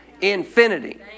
Infinity